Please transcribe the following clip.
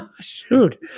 Shoot